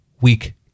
weak